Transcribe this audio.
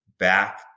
Back